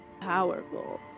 powerful